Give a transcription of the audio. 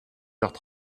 heures